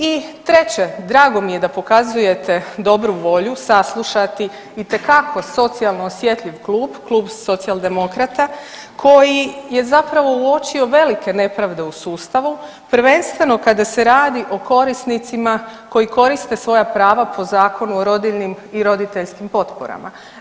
I treće, drago mi je da pokazujete dobru volju saslušati itekako socijalno osjetljiv klub, Klub socijaldemokrata koji je zapravo uočio velike nepravde u sustavu, prvenstveno kada se radi o korisnicima koji koriste svoja prava po Zakonu o rodiljnim i roditeljskim potporama.